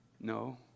No